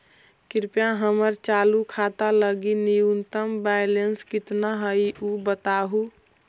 कृपया हमर चालू खाता लगी न्यूनतम बैलेंस कितना हई ऊ बतावहुं